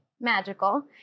magical